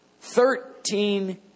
Thirteen